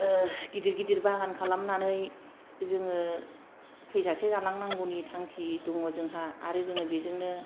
गेदेर गेदेर बागान खालामनानै जोङो थैजासे जालांनायनि थांखि दङ जोंहा आरो जोङो बेजोंनो